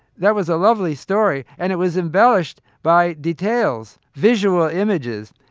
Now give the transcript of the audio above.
that was a lovely story, and it was embellished by details, visual images.